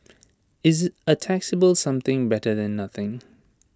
is A taxable something better than nothing